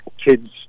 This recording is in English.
kids